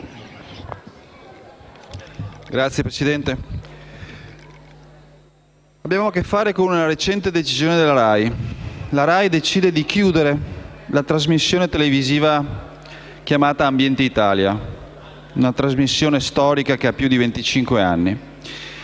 abbiamo a che fare con la recente decisione della RAI di chiudere la trasmissione televisiva chiamata «Ambiente Italia»: una trasmissione storica che ha più di